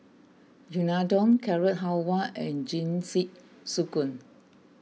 Unadon Carrot Halwa and